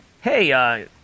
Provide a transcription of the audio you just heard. hey –